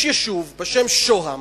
יש יישוב בשם שוהם,